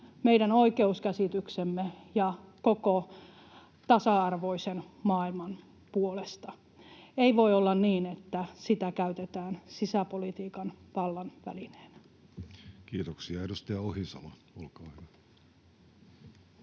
meidän oikeuskäsityksemme ja koko tasa-arvoisen maailman puolesta. Ei voi olla niin, että sitä käytetään sisäpolitiikan vallan välineenä. Kiitoksia. — Edustaja Ohisalo, olkaa hyvä.